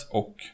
och